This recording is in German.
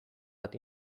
hat